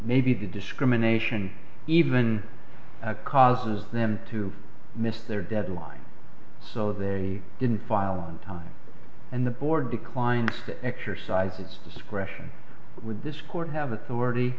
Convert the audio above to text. maybe the discrimination even causes them to miss their deadline so they didn't file on time and the board declined to exercise its discretion with this court have authority